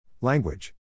Language